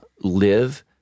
live